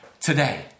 today